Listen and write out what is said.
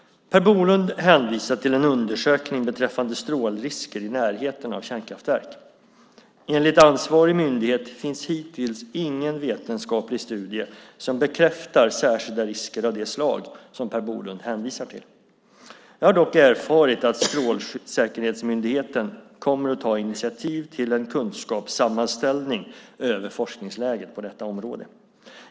Per Bolund hänvisar till en undersökning beträffande strålrisker i närheten av kärnkraftverk. Enligt ansvarig myndighet finns hittills ingen vetenskaplig studie som bekräftar särskilda risker av det slag som Per Bolund hänvisar till. Jag har dock erfarit att Strålsäkerhetsmyndigheten kommer att ta initiativ till en kunskapssammanställning över forskningsläget på detta område.